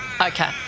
Okay